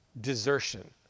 desertion